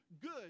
good